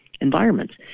environments